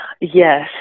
yes